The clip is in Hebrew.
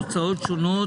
הוצאות שונות,